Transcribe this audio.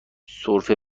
سرفه